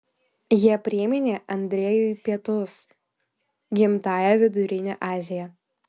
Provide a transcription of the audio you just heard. jie priminė andrejui pietus gimtąją vidurinę aziją